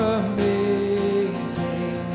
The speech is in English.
amazing